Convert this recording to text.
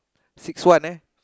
six one ah